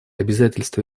обязательства